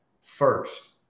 first